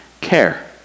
care